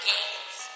Games